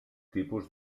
tipus